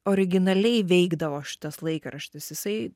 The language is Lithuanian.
originaliai veikdavo šitas laikraštis jisai